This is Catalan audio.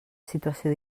situació